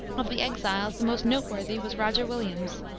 of the exiles the most noteworthy was roger williams,